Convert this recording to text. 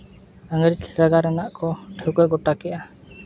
ᱤᱝᱨᱮᱹᱡᱽ ᱞᱟᱜᱟ ᱨᱮᱱᱟᱜ ᱠᱚ ᱴᱷᱟᱹᱣᱠᱟᱹ ᱜᱚᱴᱟ ᱠᱮᱜᱼᱟ